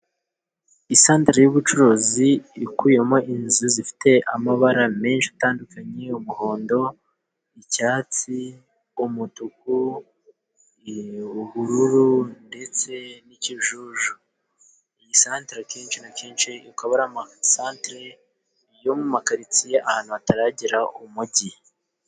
Isantere y'ubucuruzi ikubiyemo inzu zifite amabara menshi atandukanye. Umuhondo, icyatsi, umutuku, ubururu, ndetse n'ikijuju. Iyi santere akenshi na kenshi ikaba iri mu masantere yo mu makaritsiye ahantu hataragera umujyi.